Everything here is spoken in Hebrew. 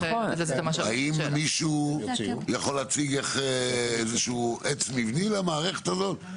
האם מישהו יכול להציג איזשהו עץ מבני למערכת הזאת?